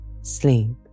sleep